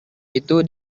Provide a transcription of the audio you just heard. itu